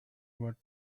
what